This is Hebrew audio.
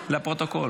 לפרוטוקול